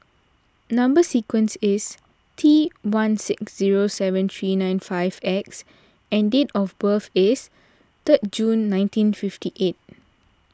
Number Sequence is T one six zero seven three nine five X and date of birth is third June nineteen fifty eight